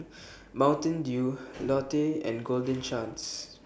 Mountain Dew Lotte and Golden Chance